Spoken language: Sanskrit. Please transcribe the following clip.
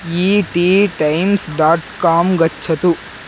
E T Times dot com गच्छतु